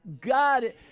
God